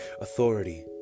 Authority